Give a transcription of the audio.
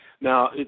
Now